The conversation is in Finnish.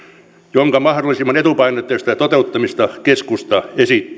jonka mahdollisimman etupainotteista toteuttamista keskusta esittää